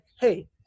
Hey